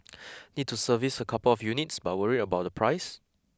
need to service a couple of units but worried about the price